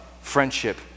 friendship